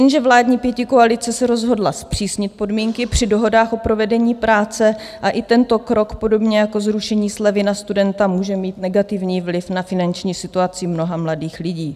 Jenže vládní pětikoalice se rozhodla zpřísnit podmínky při dohodách o provedení práce a i tento krok, podobně jako zrušení slevy na studenta, může mít negativní vliv na finanční situaci mnoha mladých lidí.